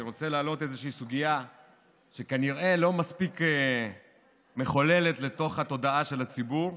אני רוצה להעלות איזו סוגיה שכנראה לא מספיק מחלחלת לתודעה של הציבור.